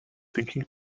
thinking